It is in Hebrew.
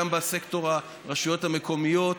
כולל כמובן גם בסקטור הרשויות המקומיות,